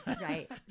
Right